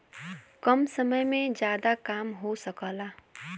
कम समय में जादा काम हो सकला